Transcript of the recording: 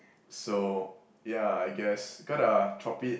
so ya I guess gotta chop it